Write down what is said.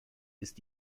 ist